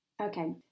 Okay